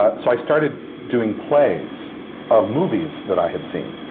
ah so i started doing plays of movies that i had seen.